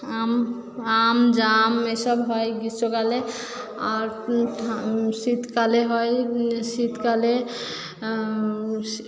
আম আম জাম এসব হয় গ্রীষ্মকালে আর শীতকালে হয় শীতকালে